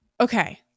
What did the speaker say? Okay